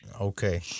Okay